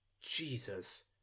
Jesus